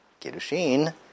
Kiddushin